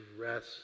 rest